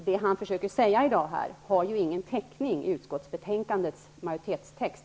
Det han försöker säga här i dag har dess värre ingen täckning i utskottsbetänkandets majoritetstext.